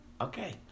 Okay